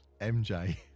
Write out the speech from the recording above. MJ